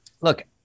Look